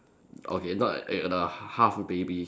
okay not an egg the half baby